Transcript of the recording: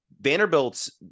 Vanderbilt's